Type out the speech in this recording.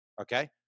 okay